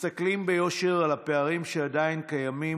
אנחנו מסתכלים ביושר על הפערים שעדיין קיימים,